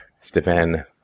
Stefan